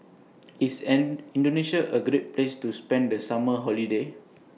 IS Indonesia A Great Place to spend The Summer Holiday